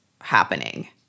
happening